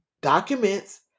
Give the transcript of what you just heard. documents